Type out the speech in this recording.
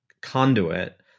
conduit